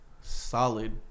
Solid